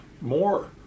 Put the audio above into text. more